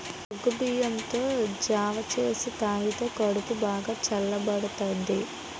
సగ్గుబియ్యంతో జావ సేసి తాగితే కడుపు బాగా సల్లబడతాది